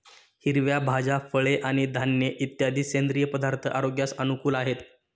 हिरव्या भाज्या, फळे आणि धान्य इत्यादी सेंद्रिय पदार्थ आरोग्यास अनुकूल आहेत